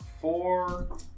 four